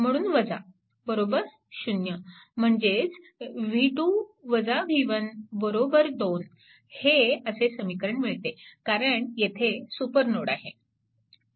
म्हणून बरोबर 0 म्हणजेच v2 v1 2 हे असे समीकरण मिळते कारण येथे सुपरनोड आहे